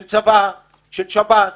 של צבא, של שב"ס,